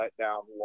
letdown